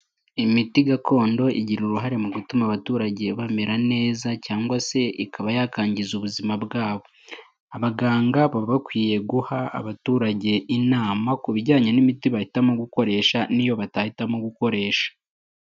Imiti gakondo igira uruhare mugutuma abaturage bamera neza cyangwa se ikaba yakwangiza ubuzima bwabo. Abaganga baba bakwiye guha abaturage inama kubijyanye n'imiti bakwiye gukoresha n'iyo batagomba gukoresha.